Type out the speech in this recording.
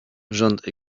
rząd